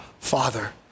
Father